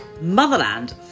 Motherland